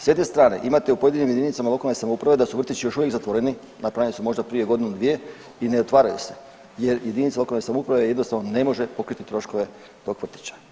S jedne strane imate u pojedinim jedinicama lokalne samouprave da su vrtići još uvijek zatvoreni, napravljeni su možda prije godinu, dvije i ne otvaraju se jer jedinica lokalne samouprave jednostavno ne može pokriti troškove tog vrtića.